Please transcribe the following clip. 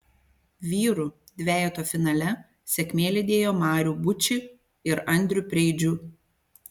vyrų dvejeto finale sėkmė lydėjo marių bučį ir andrių preidžių